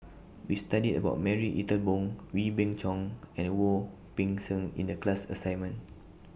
We studied about Marie Ethel Bong Wee Beng Chong and Wu Peng Seng in The class assignment